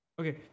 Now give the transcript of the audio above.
Okay